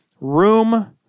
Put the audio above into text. room